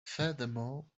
furthermore